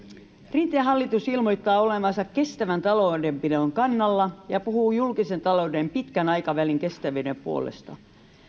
rinteen hallitus ilmoittaa olevansa kestävän taloudenpidon kannalla ja puhuu julkisen talouden pitkän aikavälin kestävyyden puolesta